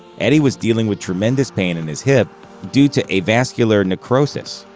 eddie was dealing with tremendous pain in his hip due to avascular necrosis.